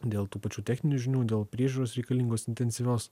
dėl tų pačių techninių žinių dėl priežiūros reikalingos intensyvios